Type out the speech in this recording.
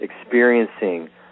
experiencing